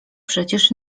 przecież